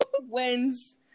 wins